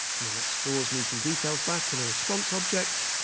and then that stores me some details back in a response object,